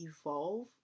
evolve